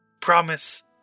Promise